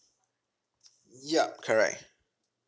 yup correct